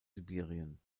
sibirien